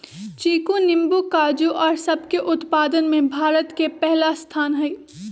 चीकू नींबू काजू और सब के उत्पादन में भारत के पहला स्थान हई